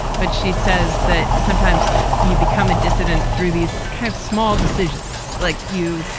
but she says that sometimes you become a dissident through these kind of small decisions like you.